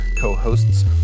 co-hosts